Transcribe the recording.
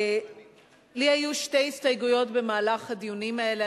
לי היו שתי הסתייגויות במהלך הדיונים האלה.